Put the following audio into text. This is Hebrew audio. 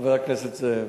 חבר הכנסת זאב,